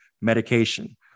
medication